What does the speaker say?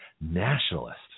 nationalist